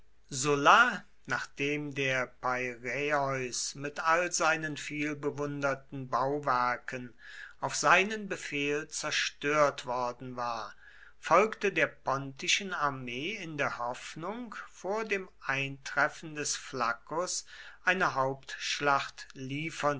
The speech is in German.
sulla nachdem der peiräeus mit all seinen vielbewunderten bauwerken auf seinen befehl zerstört worden war folgte der pontischen armee in der hoffnung vor dem eintreffen des flaccus eine hauptschlacht liefern